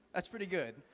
that's pretty good.